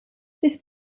this